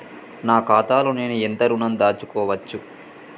నా ఖాతాలో నేను ఎంత ఋణం దాచుకోవచ్చు?